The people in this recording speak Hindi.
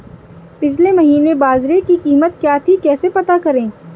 पिछले महीने बाजरे की कीमत क्या थी कैसे पता करें?